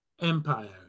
Empire